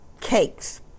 Cakes